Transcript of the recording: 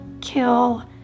kill